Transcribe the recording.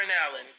Allen